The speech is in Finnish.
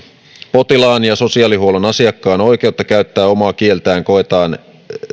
potilaan ja sosiaalihuollon asiakkaan oikeus käyttää omaa kieltään koetaan